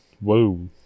Whoa